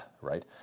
right